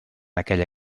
aquella